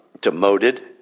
demoted